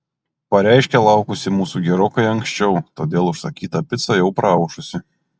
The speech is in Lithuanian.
pareiškė laukusi mūsų gerokai anksčiau todėl užsakyta pica jau praaušusi